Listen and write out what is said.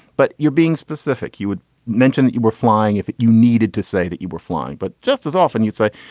but you're being specific. you would mention that you were flying if you needed to say that you were flying. but just as often you'd say,